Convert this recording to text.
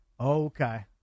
Okay